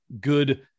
good